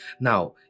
Now